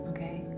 Okay